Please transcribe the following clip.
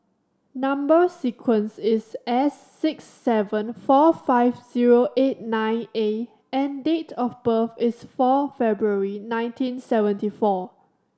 number sequence is S six seven four five zero eight nine A and date of birth is four February nineteen seventy four